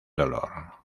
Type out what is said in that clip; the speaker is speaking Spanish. dolor